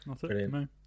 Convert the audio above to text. Brilliant